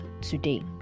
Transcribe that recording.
today